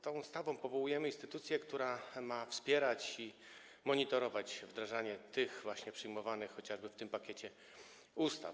Tą ustawą powołujemy instytucję, która ma wspierać i monitorować wdrażanie właśnie przyjmowanych, chociażby w tym pakiecie, ustaw.